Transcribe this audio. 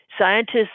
scientists